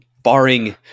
Barring